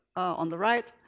on the right,